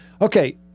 Okay